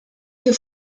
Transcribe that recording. que